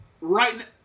Right